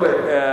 תראה,